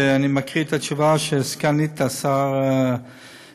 אני מקריא את התשובה של סגנית השר חוטובלי.